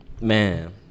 man